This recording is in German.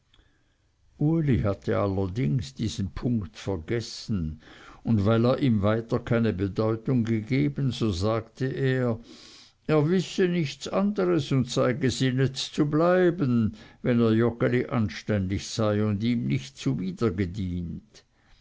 uli hatte allerdings diesen punkt vergessen und weil er ihm weiter keine bedeutung gegeben so sagte er er wisse nichts anders und sei gesinnet zu bleiben wenn er joggeli anständig sei und ihm nicht